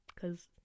Cause